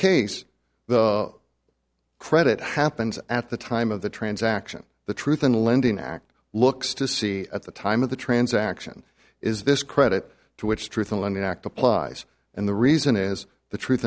case the credit happens at the time of the transaction the truth in lending act looks to see at the time of the transaction is this credit to which truth in lending act applies and the reason is the truth